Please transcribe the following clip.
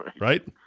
Right